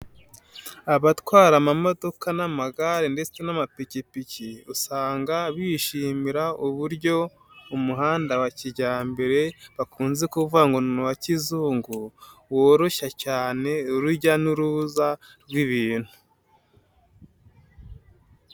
Abatwara amamodoka n'amagare ndetse n'amapikipiki usanga bishimira uburyo umuhanda wa kijyambere bakunze kuvuga ngo ni uwa kizungu woroshya cyane urujya n'uruza rw'ibintu.